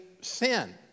sin